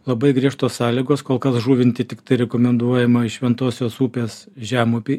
labai griežtos sąlygos kol kas žuvinti tiktai rekomenduojama į šventosios upės žemupį